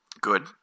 Good